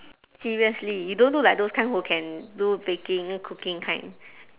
seriously you don't look like those kind who can do baking cooking kind